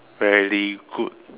very good